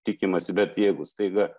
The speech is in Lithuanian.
tikimasi bet jeigu staiga